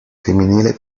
femminile